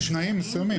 בתנאים מסוימים.